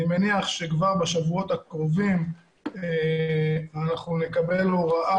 אני מניח שכבר בשבועו הקרובים אנחנו נקבל הוראה.